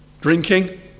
drinking